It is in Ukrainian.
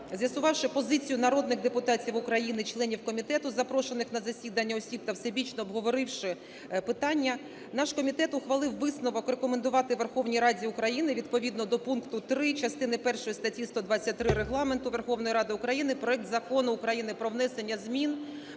з'ясувавши позицію народних депутатів України, членів комітету, запрошених на засідання осіб та всебічно обговоривши питання, наш комітет ухвалив висновок рекомендувати Верховній Раді України відповідно до пункту 3 частини першої статті 123 Регламенту Верховної Ради України проект Закону України про внесення змін